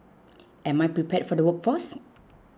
am I prepared for the workforce